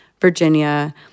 Virginia